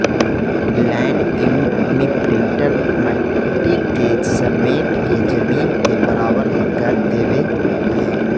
land imprinter मट्टी के समेट के जमीन के बराबर भी कर देवऽ हई